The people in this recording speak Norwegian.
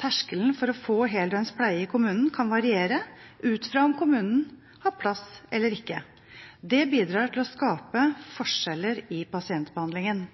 Terskelen for å få heldøgns pleie i kommunen kan variere ut fra om kommunen har plass eller ikke. Det bidrar til å skape forskjeller i pasientbehandlingen.